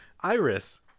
Iris